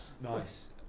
Nice